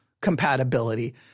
compatibility